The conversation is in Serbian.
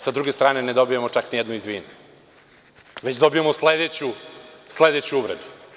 Sa druge strane ne dobijamo čak ni jedno – izvini, već dobijamo sledeću uvredu.